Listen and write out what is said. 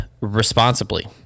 responsibly